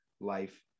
life